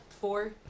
four